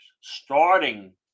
starting